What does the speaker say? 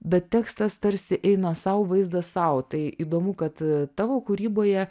bet tekstas tarsi eina sau vaizdas sau tai įdomu kad tavo kūryboje